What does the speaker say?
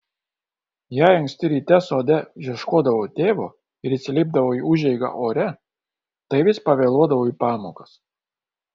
jei anksti ryte sode ieškodavau tėvo ir įsilipdavau į užeigą ore tai vis pavėluodavau į pamokas